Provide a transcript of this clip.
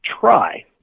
try